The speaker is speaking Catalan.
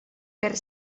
per